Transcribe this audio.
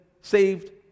saved